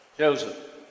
Joseph